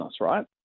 right